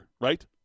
Right